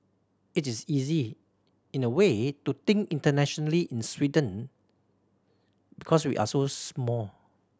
it is easy in a way to think internationally in Sweden because we're so small